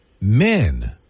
men